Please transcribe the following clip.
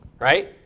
right